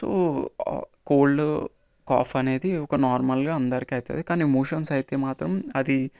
so cold cough అనేది ఒక నార్మల్గా అందరికి అవుతుంది కానీ మోషన్స్ అయితే మాత్రం అది